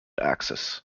axis